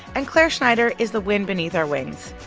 and clare schneider is the wind beneath our wings.